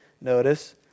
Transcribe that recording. notice